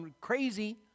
crazy